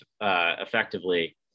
effectively